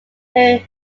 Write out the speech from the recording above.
period